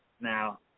Now